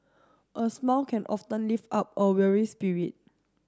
a smile can often lift up a weary spirit